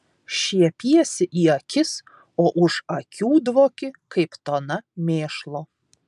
šiepiesi į akis o už akių dvoki kaip tona mėšlo